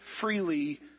freely